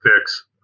fix